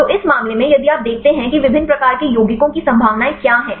तो इस मामले में यदि आप देखते हैं कि विभिन्न प्रकार के यौगिकों की संभावनाएं क्या हैं